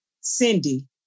Cindy